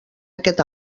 aquest